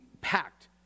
packed